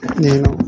నేను